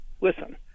listen